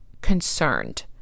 concerned